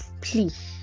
please